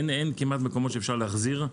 אין כמעט מקומות שאפשר להחזיר.